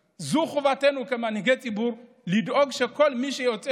חובתנו כמנהיגי ציבור לדאוג שכל מי שיוצא